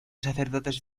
sacerdotes